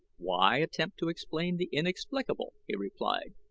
why attempt to explain the inexplicable? he replied.